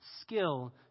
skill